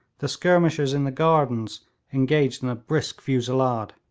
the skirmishers in the gardens engaged in a brisk fusillade.